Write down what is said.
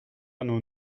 nos